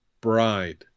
bride